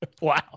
Wow